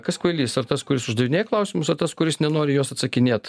kas kvailys ar tas kuris uždavinėja klausimus o tas kuris nenori juos atsakinėt